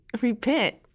repent